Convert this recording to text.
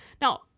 Now